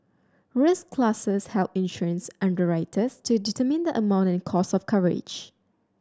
risk classes help insurance underwriters to determine the amount and cost of coverage